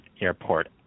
airport